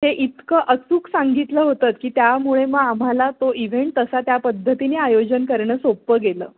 ते इतकं अचूक सांगितलं होतंत की त्यामुळे मग आम्हाला तो इव्हेंट तसा त्या पद्धतीने आयोजन करणं सोप्पं गेलं